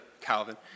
Calvin